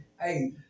Hey